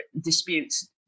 disputes